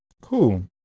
Cool